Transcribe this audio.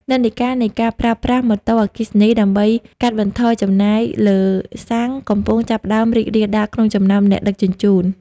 និន្នាការនៃការប្រើប្រាស់ "ម៉ូតូអគ្គិសនី" ដើម្បីកាត់បន្ថយចំណាយលើសាំង កំពុងចាប់ផ្ដើមរីករាលដាលក្នុងចំណោមអ្នកដឹកជញ្ជូន។